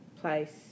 place